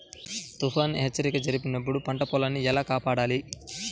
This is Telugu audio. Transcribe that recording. తుఫాను హెచ్చరిక జరిపినప్పుడు పంట పొలాన్ని ఎలా కాపాడాలి?